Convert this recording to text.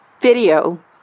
video